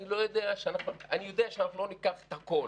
אני יודע שאנחנו לא ניקח את הכול.